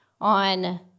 On